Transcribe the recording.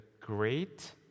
great